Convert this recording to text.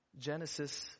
Genesis